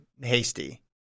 Hasty